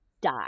die